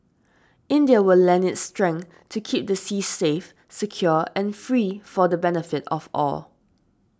India will lend its strength to keep the seas safe secure and free for the benefit of all